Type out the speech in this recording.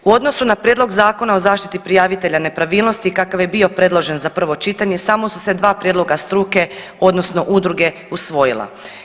U odnosu na Prijedlog zakona o zaštiti prijavitelja nepravilnosti kakav je bio predložen za prvo čitanje samo su se dva prijedloga struke, odnosno udruge usvojila.